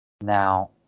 Now